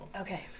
Okay